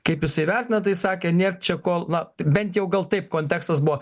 kaip jisai vertina tai sakė net čia ko na bent jau gal taip kontekstas buvo